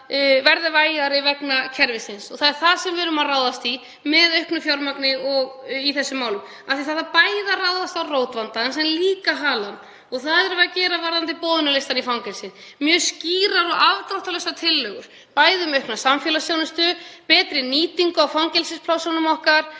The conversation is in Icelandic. verði vægari vegna kerfisins. Það er það sem við erum að ráðast gegn með auknu fjármagni í þessum málum. Það þarf bæði að ráðast að rót vandans en líka á halann og það erum við að gera varðandi boðunarlistann í fangelsi, mjög skýrar og afdráttarlausar tillögur um aukna samfélagsþjónustu, betri nýtingu á fangelsisplássunum okkar